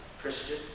Christian